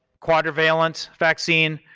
quadrivalent vaccine,